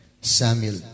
Samuel